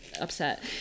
upset